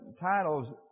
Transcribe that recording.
titles